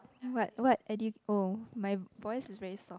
what what edu~ oh my voice is very soft